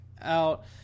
out